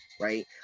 Right